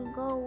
go